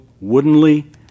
woodenly